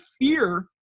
fear